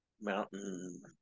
mountain